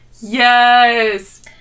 Yes